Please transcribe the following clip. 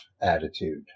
attitude